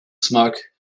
smoke